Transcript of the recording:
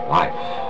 life